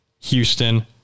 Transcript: Houston